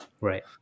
right